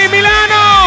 Milano